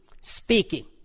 speaking